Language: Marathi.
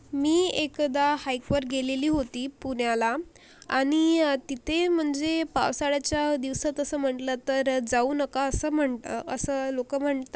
मी एकदा हाईकवर गेलेली होती पुण्याला आणि तिथे म्हणजे पावसाळ्याच्या दिवसात असं म्हटलं तर जाऊ नका असं म्हण असं लोक म्हणतात